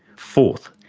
fourth,